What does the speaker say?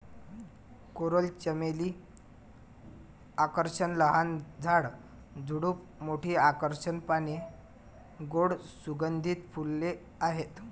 coral चमेली आकर्षक लहान झाड, झुडूप, मोठी आकर्षक पाने, गोड सुगंधित फुले आहेत